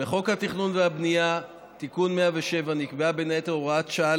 בחוק התכנון והבנייה (תיקון מס' 107) נקבעה בין היתר הוראת שעה